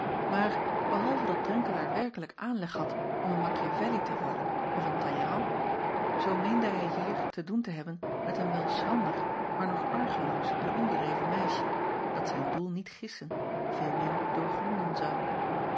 maar behalve dat renkelaer werkelijk aanleg had om een achievelli te worden of een alleyrand zoo meende hij hier te doen te hebben met een wel schrander maar nog argeloos en onbedreven meisje dat zijn doel niet gissen veelmin doorgronden zou